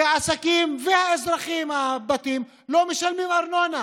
כי העסקים והאזרחים, הבתים, לא משלמים ארנונה.